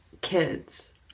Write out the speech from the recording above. kids